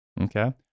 Okay